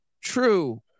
true